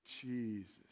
Jesus